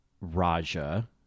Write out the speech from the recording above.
raja